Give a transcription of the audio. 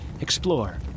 explore